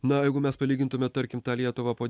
na jeigu mes palygintume tarkim tą lietuvą po